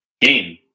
game